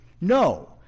No